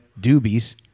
doobies